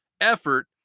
effort